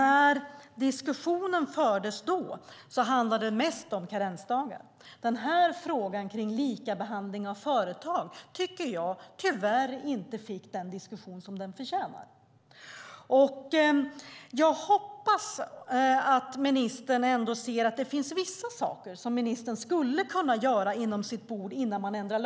När diskussionen då fördes handlade den mest om karensdagar. Frågan om likabehandling av företagare fick, tyvärr, inte den uppmärksamhet som den förtjänar. Jag hoppas att ministern ser att det finns vissa saker som han skulle kunna göra innan lagstiftningen ändras.